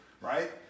right